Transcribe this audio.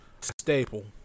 staple